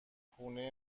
خونه